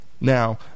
Now